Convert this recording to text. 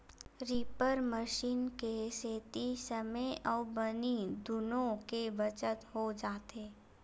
reaper machine के सेती समे अउ बनी दुनो के बचत हो जाथे